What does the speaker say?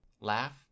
Laugh